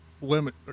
limit